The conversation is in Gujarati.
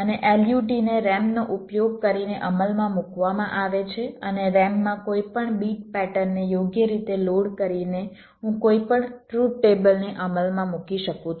અને LUT ને RAM નો ઉપયોગ કરીને અમલમાં મૂકવામાં આવે છે અને RAM માં કોઈપણ બીટ પેટર્નને યોગ્ય રીતે લોડ કરીને હું કોઈપણ ટ્રુથ ટેબલને અમલમાં મૂકી શકું છું